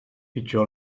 pitjor